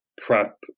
prep